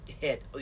hit